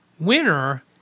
winner